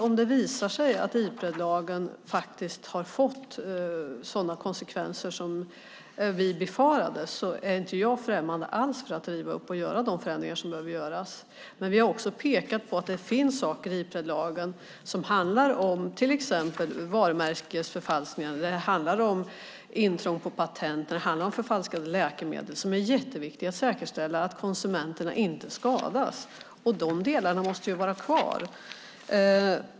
Om det visar sig att Ipredlagen har fått de konsekvenser som vi befarat att den skulle få är jag alls inte främmande för att riva upp lagen och för att göra de förändringar som behöver göras. Men vi har också pekat på att det finns saker i Ipredlagen som till exempel handlar om varumärkesförfalskning, intrång på patent och förfalskade läkemedel. I de delarna är det mycket viktigt att säkerställa att konsumenterna inte skadas. De delarna måste finnas kvar.